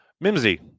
Mimsy